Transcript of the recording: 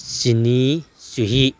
ꯆꯤꯅꯤ ꯆꯨꯍꯤ